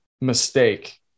mistake